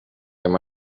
there